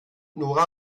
nora